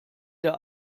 der